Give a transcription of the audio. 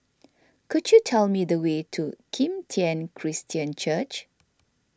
could you tell me the way to Kim Tian Christian Church